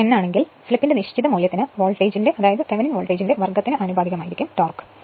slip n ആണെങ്കിൽ സ്ലിപ്പിന്റെ നിശ്ചിത മൂല്യത്തിന് വോൾട്ടേജിന്റെ അതായത് തെവനിൻ വോൾട്ടേജിന്റെ വർഗത്തിന് ആനുപാതികമാണ് ടോർക്